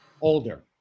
older